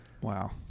Wow